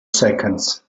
seconds